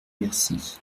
merci